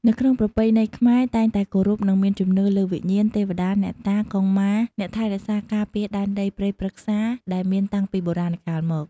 នៅក្នុងប្រពៃណីខ្មែរតែងតែគោរព និងមានជំនឿលើវិញ្ញាណ ទេវតា អ្នកតា កុងម៉ា អ្នកថែរក្សាការពារដែនដីព្រៃព្រឹក្សា ដែលមានតាំងពីបុរាណកាលមក។